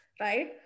right